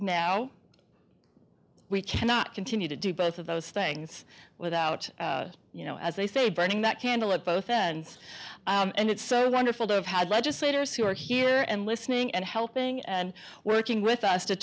now we cannot continue to do both of those things without you know as they say burning that candle at both ends and it's so wonderful to have had legislators who are here and listening and helping and working with us to